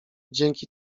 dzięki